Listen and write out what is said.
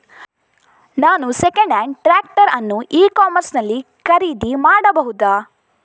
ನಾನು second hand tractor ಅನ್ನು e commerce ನಲ್ಲಿ ಖರೀದಿ ಮಾಡಬಹುದಾ?